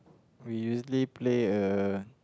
we usually play uh